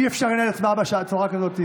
אי-אפשר לנהל הצבעה בצורה כזאת.